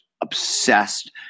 obsessed